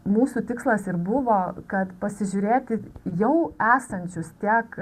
mūsų tikslas ir buvo kad pasižiūrėti jau esančius tiek